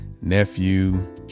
nephew